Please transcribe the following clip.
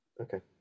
okay